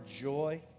joy